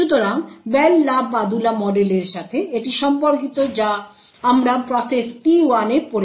সুতরাং Bell LaPadula মডেলের সাথে এটি সম্পর্কিত যা আমরা প্রসেস P1 এ পড়েছি